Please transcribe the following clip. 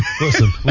Listen